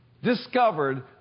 discovered